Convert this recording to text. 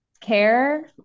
care